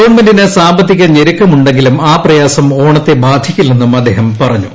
ഗവൺമെന്റിന് സാമ്പത്തിക ഞെരുക്കമുണ്ടെങ്കിലും ആ പ്രയാസം ഓണത്തെ ബാധിക്കില്ലെന്നും അദ്ദേഹം പറഞ്ഞു